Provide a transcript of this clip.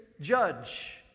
judge